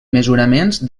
mesuraments